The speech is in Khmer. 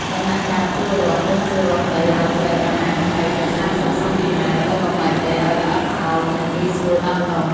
ដំណាក់កាលភ្ជួររាស់ត្រូវភ្ជួររាស់ដីឱ្យជ្រៅប្រហែល ២០ ទៅ ៣០ សង់ទីម៉ែត្រ ដើម្បីបំបែកដីឱ្យល្អិតល្អោច និងងាយស្រួលដាំដុះ។